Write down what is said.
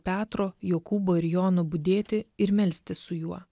petro jokūbo ir jono budėti ir melstis su juo